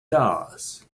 does